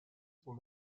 son